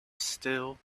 still